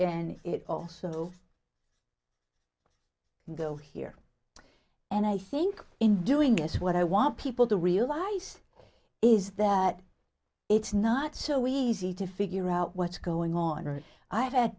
and it also go here and i think in doing this what i want people to realize is that it's not so easy to figure out what's going on or i ha